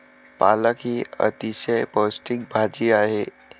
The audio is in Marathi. पालक ही अतिशय पौष्टिक भाजी आहे